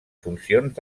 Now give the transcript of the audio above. funcions